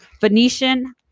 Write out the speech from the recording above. Venetian